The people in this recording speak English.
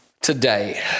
today